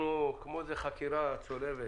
אנחנו כמו איזו חקירה צולבת.